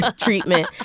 treatment